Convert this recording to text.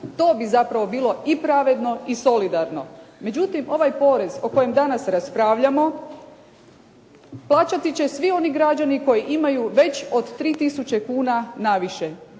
To bi zapravo bilo i pravedno i solidarno. Međutim ovaj porez o kojem danas raspravljamo plaćati će svi oni građani koji imaju već od 3 tisuće kuna naviše.